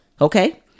Okay